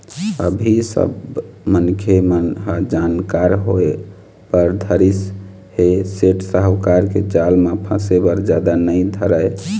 अभी सब मनखे मन ह जानकार होय बर धरिस ऐ सेठ साहूकार के जाल म फसे बर जादा नइ धरय